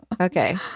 Okay